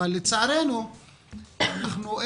אין הרבה